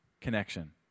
connection